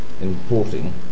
importing